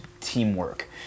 teamwork